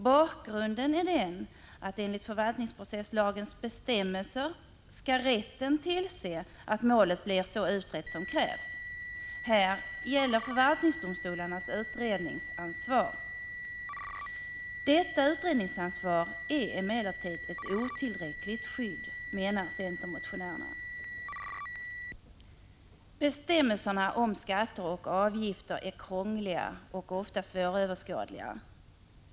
Bakgrunden är den, att enligt förvaltningsprocesslagens bestämmelser skall rätten tillse att målet blir så utrett som krävs — här gäller förvaltningsdomstolarnas utredningsansvar. Detta utredningsansvar är emellertid ett otillräckligt skydd, menar centermotionärerna. Bestämmelserna om skatter och avgifter är krångliga och många gånger svåröverskådliga.